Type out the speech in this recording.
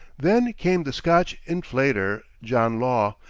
then came the scotch inflator, john law,